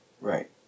Right